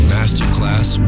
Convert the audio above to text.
Masterclass